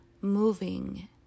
moving